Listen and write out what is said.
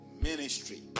ministry